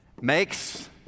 makes